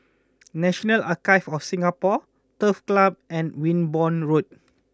National Archives of Singapore Turf Club and Wimborne Road